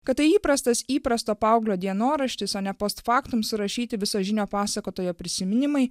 kad tai įprastas įprasto paauglio dienoraštis o ne post faktum surašyti visažinio pasakotojo prisiminimai